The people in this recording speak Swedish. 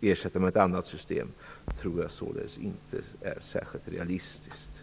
ersätta det med ett annat systemet tror jag således inte är särskilt realistiskt.